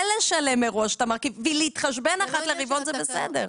לשלם מראש את המרכיב ולהתחשבן אחת לרבעון זה בסדר.